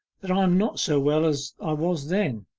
that i am not so well as i was then,